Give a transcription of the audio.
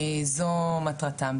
זו מטרתם,